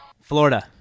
Florida